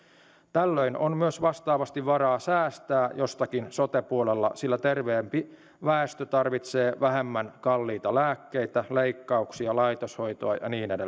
tällöin on myös vastaavasti varaa säästää jostakin sote puolella sillä terveempi väestö tarvitsee vähemmän kalliita lääkkeitä leikkauksia laitoshoitoa ja niin edelleen